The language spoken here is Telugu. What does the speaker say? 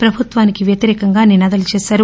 ప్రభుత్వానికి వ్యతిరేకంగా నినాదాలు చేశారు